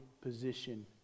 position